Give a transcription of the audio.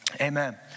amen